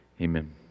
Amen